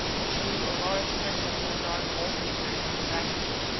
drew a large circle on the dark wall-paper of the dining room,